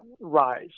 rise